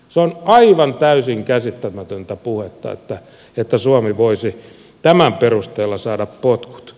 se on aivan täysin käsittämätöntä puhetta että suomi voisi tämän perusteella saada potkut